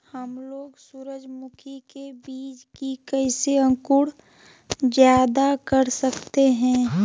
हमलोग सूरजमुखी के बिज की कैसे अंकुर जायदा कर सकते हैं?